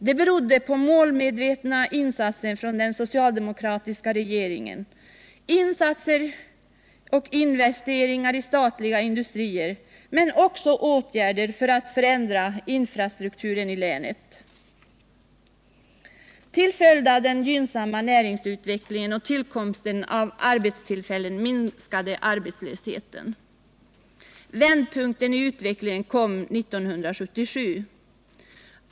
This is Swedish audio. Det berodde på målmedvetna insatser av den socialdemokratiska regeringen i form av investeringar i statliga industrier men också i form av åtgärder för att förändra länets infrastruktur. Till följd av den gynnsamma näringsutvecklingen och tillkomsten av arbetstillfällen minskade arbetslösheten. Vändpunkten i utvecklingen kom 1977.